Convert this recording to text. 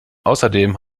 außerdem